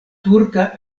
turka